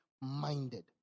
minded